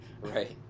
Right